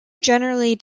generally